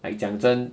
like 讲真